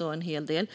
en hel del.